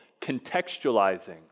contextualizing